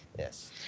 Yes